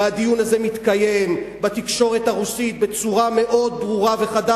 והדיון הזה מתקיים בתקשורת הרוסית בצורה מאוד ברורה וחדה,